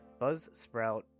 Buzzsprout